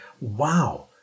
wow